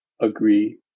agree